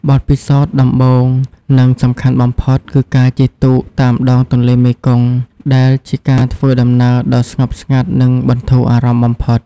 បទពិសោធន៍ដំបូងនិងសំខាន់បំផុតគឺការ ជិះទូកតាមដងទន្លេមេគង្គ ដែលជាការធ្វើដំណើរដ៏ស្ងប់ស្ងាត់និងបន្ធូរអារម្មណ៍បំផុត។